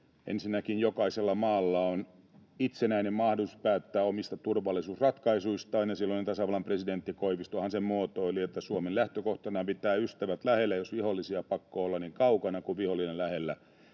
Ensinnäkin jokaisella maalla on itsenäinen mahdollisuus päättää omista turvallisuusratkaisuistaan, ja silloinen tasavallan presidentti Koivistohan sen muotoili, että Suomen lähtökohtana on pitää ystävät lähellä, ja jos vihollisia on pakko olla, niin ne kaukana. Kun vihollinen on lähellä,